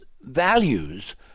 values